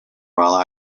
while